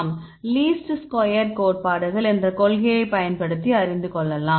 மாணவர் least square கோட்பாடுகள் என்ற கொள்கையைப் பயன்படுத்தி அறிந்து கொள்ளலாம்